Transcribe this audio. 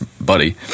Buddy